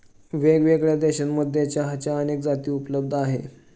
वेगळ्यावेगळ्या देशांमध्ये चहाच्या अनेक जाती उपलब्ध आहे